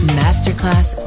masterclass